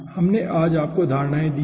हमने आज आपको धारणाएं दी हैं